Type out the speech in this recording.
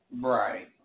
Right